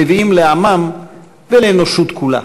נביאים לעמם ולאנושות כולה.